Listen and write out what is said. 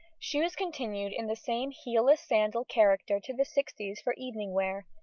shoes continued in the same heelless sandal character to the sixties for evening wear,